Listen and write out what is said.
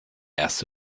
erste